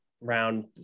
round